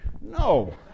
No